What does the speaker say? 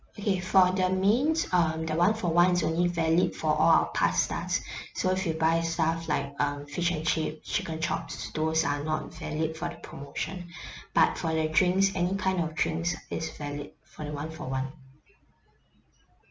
okay for the mains um the one-for-one is only valid for all our pastas so if you buy stuff like um fish and chips chicken chops those are not valid for the promotion but for the drinks any kind of drinks is valid for the one-for-one